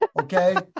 okay